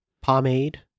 pomade